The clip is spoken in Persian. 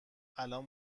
الان